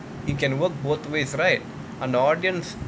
it can work both ways right on the audience